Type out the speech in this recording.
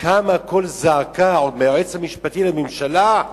קם קול זעקה, עוד מהיועץ המשפטי לממשלה,